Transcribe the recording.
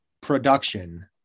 production